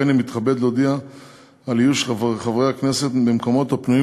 הריני מתכבד להודיע על איוש המקומות הפנויים